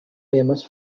famous